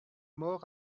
mort